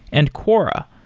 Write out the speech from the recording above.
and quora,